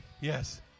Yes